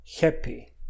happy